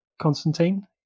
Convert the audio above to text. Constantine